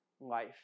life